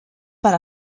per